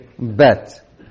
Bet